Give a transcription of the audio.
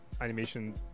animation